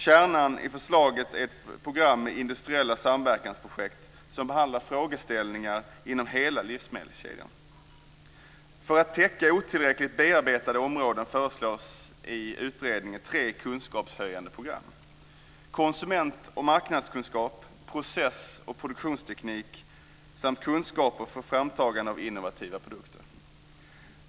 Kärnan i förslaget är ett program med industriella samverkansprojekt som behandlar frågeställningar från hela livsmedelskedjan. För att täcka otillräckligt bearbetade områden föreslås i utredningen tre kunskapshöjande program gällande konsument och marknadskunskap, processoch produktionsteknik samt kunskaper för framtagande av innovativa produkter.